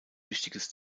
wichtiges